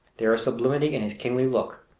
there is sublimity in his kingly look,